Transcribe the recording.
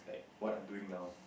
like what I'm doing now